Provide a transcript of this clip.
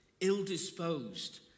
ill-disposed